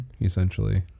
Essentially